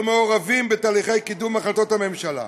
מעורבים בתהליכי קידום החלטות הממשלה.